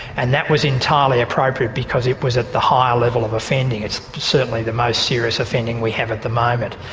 and that was entirely appropriate because it was at the higher level of offending it's certainly the most serious offending we have at the moment.